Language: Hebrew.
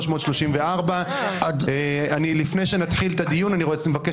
334. לפני שנתחיל את הדיון אני מבקש